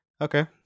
Okay